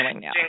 now